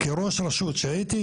כראש רשות שהייתי,